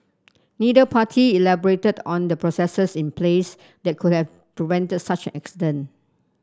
neither party elaborated on the processes in place that could have prevented such an accident